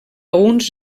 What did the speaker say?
uns